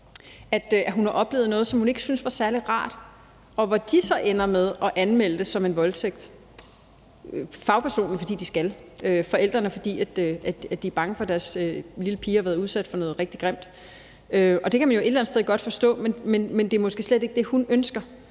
at hun har oplevet noget, som hun ikke syntes var særlig rart, og hvor de så ender med at anmelde det som en voldtægt: fagpersonen, fordi vedkommende skal, forældrene, fordi de er bange for, at deres lille pige har været udsat for noget rigtig grimt. Det kan man jo et eller andet sted godt forstå, men det er måske slet ikke det, hun ønsker,